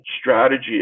strategy